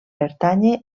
pertànyer